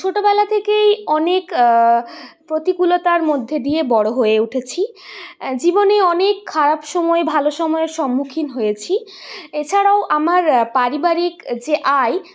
ছোটোবেলা থেকেই অনেক প্রতিকূলতার মধ্যে দিয়ে বড়ো হয়ে উঠেছি জীবনে অনেক খারাপ সময় ভালো সময়ের সম্মুখীন হয়েছি এছাড়াও আমার পারিবারিক যে আয়